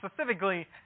specifically